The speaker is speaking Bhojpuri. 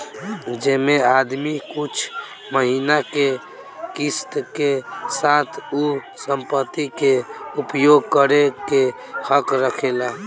जेमे आदमी कुछ महिना के किस्त के साथ उ संपत्ति के उपयोग करे के हक रखेला